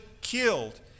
killed